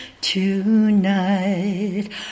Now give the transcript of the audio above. tonight